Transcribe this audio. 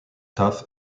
tuff